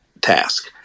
task